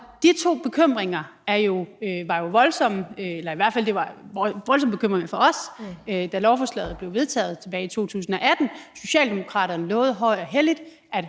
De to bekymringer var jo voldsomme, eller det var i hvert fald voldsomme bekymringer for os, da lovforslaget blev vedtaget tilbage i 2018. Socialdemokraterne lovede højt og helligt,